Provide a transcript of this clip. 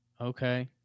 Okay